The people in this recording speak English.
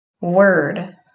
word